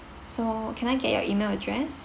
so can I get your E-mail address